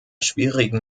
schwierigen